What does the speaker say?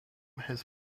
has